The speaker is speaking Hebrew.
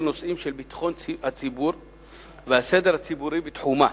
נושאים של ביטחון הציבור והסדר הציבורי בתחומה,